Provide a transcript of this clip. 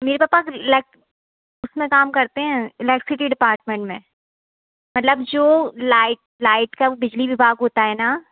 मेरे पापा उसमें काम करते हैं इलैक्सी के डिपार्टमेंट में मतलब जो लाइट लाइट का बिजली विभाग होता है ना